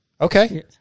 Okay